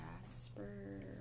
jasper